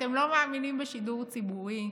אתם לא מאמינים בשידור ציבורי,